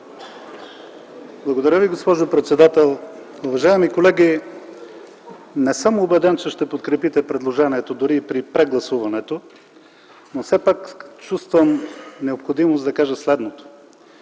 Благодаря Ви, госпожо председател. Уважаеми колеги, не съм убеден, че ще подкрепите предложението, дори и при прегласуването, но все пак чувствам необходимост да кажа следното.